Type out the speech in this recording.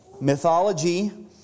mythology